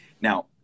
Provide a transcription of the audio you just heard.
now